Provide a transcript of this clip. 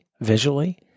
visually